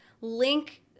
link